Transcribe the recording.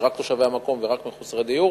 שרק תושבי המקום ורק מחוסרי דיור.